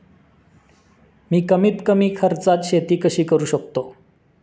मी कमीत कमी खर्चात शेती कशी करू शकतो?